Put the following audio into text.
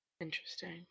Interesting